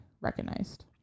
recognized